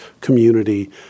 community